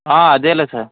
ఆ అదేలే సార్